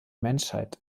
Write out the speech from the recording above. menschheit